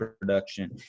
production